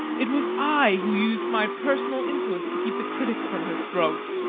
it was i who used my personal influence to keep the critics from her throat.